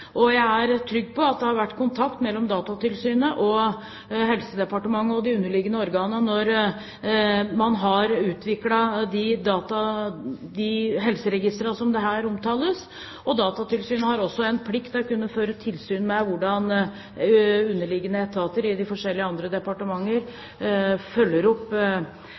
Jeg er trygg på at det har vært kontakt mellom Datatilsynet og Helsedepartementet og de underliggende organene når man har utviklet de helseregistrene som her omtales. Datatilsynet har også en plikt til å føre tilsyn med hvordan underliggende etater i de forskjellige andre departementer følger opp